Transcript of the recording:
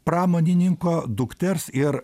pramonininko dukters ir